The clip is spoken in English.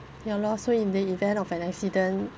ya lor so in the event of an accident